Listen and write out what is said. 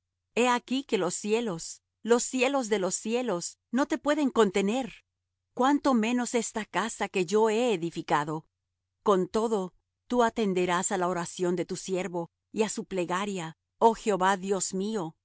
he aquí que los cielos los cielos de los cielos no te pueden contener cuánto menos esta casa que yo he edificado con todo tú atenderás á la oración de tu siervo y á su plegaria oh jehová dios mío